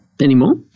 anymore